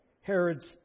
Herod's